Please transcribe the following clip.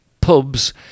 pubs